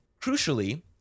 Crucially